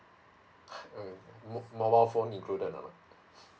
mo~ mobile phone included or not